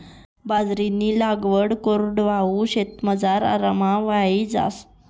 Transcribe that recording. बाजरीनी लागवड कोरडवाहू शेतमझार आराममा व्हयी जास